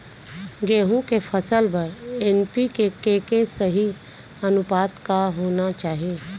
गेहूँ के फसल बर एन.पी.के के सही अनुपात का होना चाही?